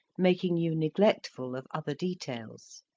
making you neglectful of other details.